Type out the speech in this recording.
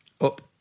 up